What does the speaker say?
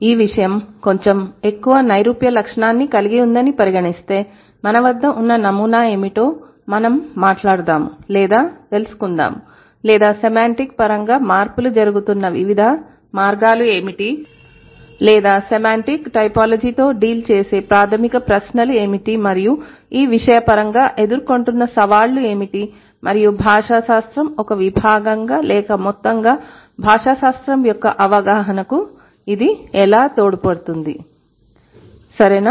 ఈ విషయం కొంచెం ఎక్కువ నైరూప్య లక్షణాన్ని కలిగి ఉందని పరిగణిస్తే మన వద్ద ఉన్న నమూనా ఏమిటో మనం మాట్లాడుదాము లేదా తెలుసుకుందాములేదాసెమాంటిక్ పరంగా మార్పులు జరుగుతున్న వివిధ మార్గాలు ఏమిటి లేదాసెమాంటిక్ టైపోలాజీతో డీల్ చేసే ప్రాథమిక ప్రశ్నలు ఏమిటి మరియు ఈ విషయపరంగా ఎదుర్కొంటున్న సవాళ్లు ఏమిటి మరియు భాషాశాస్త్రం ఒక విభాగంగా లేక మొత్తంగా భాషాశాస్త్రం యొక్క అవగాహనకు ఇది ఎలా దోహదపడుతుందిసరేనా